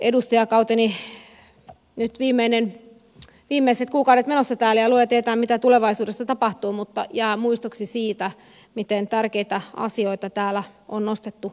tässä on nyt edustajakauteni viimeiset kuukaudet menossa ja luoja tietää mitä tulevaisuudessa tapahtuu mutta tämä jää muistoksi siitä miten tärkeitä asioita täällä on nostettu esille